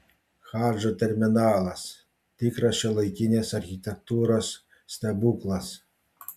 hadžo terminalas tikras šiuolaikinės architektūros stebuklas